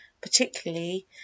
particularly